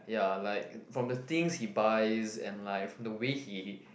ya like from the things he buys and like the way he